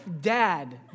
dad